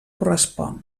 correspon